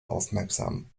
aufmerksam